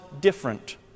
different